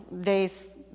Days